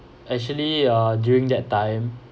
actually uh during that time